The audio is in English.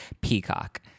peacock